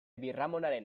birramonaren